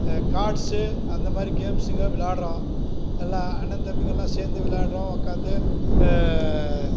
cards அந்தமாதிரி கேம்ஸ்ஸுங்க விளாடுறோம் எல்லாம் அண்ணன் தம்பிங்களெலாம் சேர்ந்து விளாடுறோம் உட்காந்து